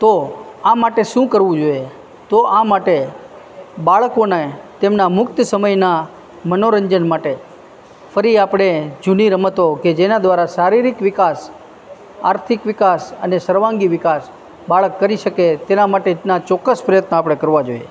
તો આ માટે શું કરવું જોઈએ તો આ માટે બાળકોને તેમના મુક્ત સમયના મનોરંજન માટે ફરી આપણે જૂની રમતો કે જેના દ્વારા શારીરિક વિકાસ આર્થિક વિકાસ અને સર્વાંગી વિકાસ બાળક કરી શકે તેના માટે તેના ચોક્કસ પ્રયત્નો આપણે કરવા જોઈએ